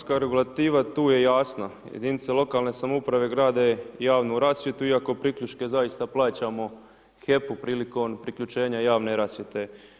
Pa zakonska regulativa tu je jasna, jedinica lokalne samouprave grade javnu rasvjetu iako priključke zaista plaćamo HEP-u prilikom priključenja javne rasvjete.